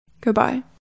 Goodbye